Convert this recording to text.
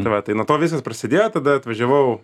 tai va tai nuo to viskas prasidėjo tada atvažiavau